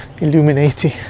illuminating